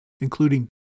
including